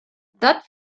that